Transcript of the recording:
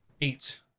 Eight